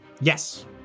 Yes